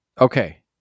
Okay